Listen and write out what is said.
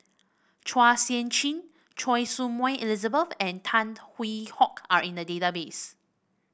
Chua Sian Chin Choy Su Moi Elizabeth and Tan Hwee Hock are in the database